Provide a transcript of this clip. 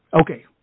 Okay